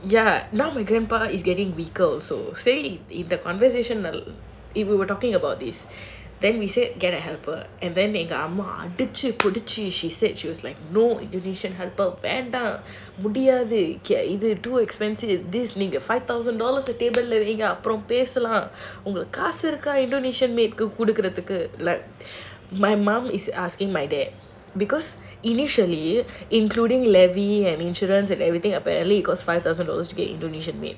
then எங்க அம்மா அடிச்சி புடிச்சி:enga amma adichi pudichi she said she was like no வேண்டாம் முடியாது:vendaam mudiyaathu my mum is asking my dad because initially including levi and insurance and everything apparently it cost five thousand dollars to get indonesian maid